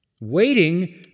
waiting